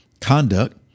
conduct